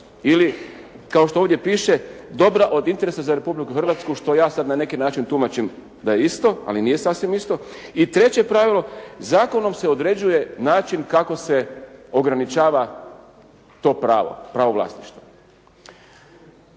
Ili kao što ovdje piše dobra od interesa za Republiku Hrvatsku što ja sada na neki način tumačim da je isto, ali nije sasvim isto. I treće pravilo, zakonom se određuje način kako se ograničava to pravo, pravo vlasništva.